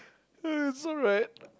it's alright